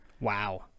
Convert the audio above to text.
wow